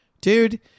dude